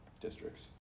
districts